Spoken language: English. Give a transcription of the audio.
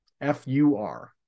F-U-R